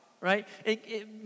Right